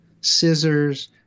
scissors